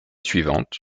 suivante